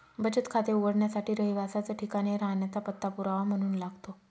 बचत खाते उघडण्यासाठी रहिवासाच ठिकाण हे राहण्याचा पत्ता पुरावा म्हणून लागतो